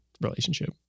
relationship